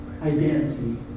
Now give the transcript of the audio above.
identity